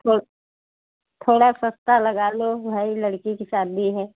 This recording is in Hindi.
थो थोड़ा सस्ता लगा लो भाई लड़की की शादी है